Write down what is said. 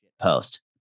post